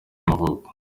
y’amavuko